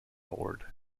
lord